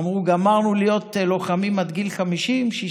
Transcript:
אמרו: גמרנו להיות לוחמים עד גיל 50, 60,